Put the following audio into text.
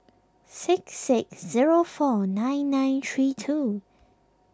six six zero four nine nine three two